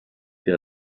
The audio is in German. der